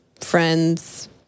friends